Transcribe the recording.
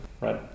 right